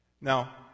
Now